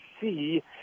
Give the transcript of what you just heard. see